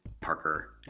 Parker